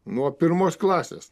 nuo pirmos klasės